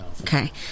Okay